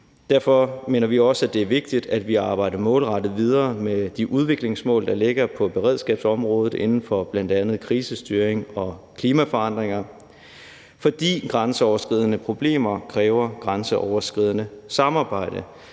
Derfor mener vi også, det er vigtigt, at vi arbejder målrettet videre med de udviklingsmål, der ligger på beredskabsområdet inden for bl.a. krisestyring og klimaforandringer, fordi grænseoverskridende problemer kræver grænseoverskridende samarbejde.